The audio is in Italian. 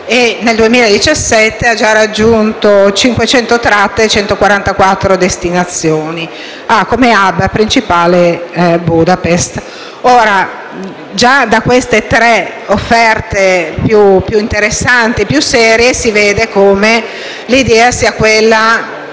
Nel 2017 ha già raggiunto 500 tratte e 144 destinazioni e ha come *hub* principale Budapest. Già da queste tre offerte più interessanti e serie si comprende come l'idea sia quella